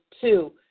two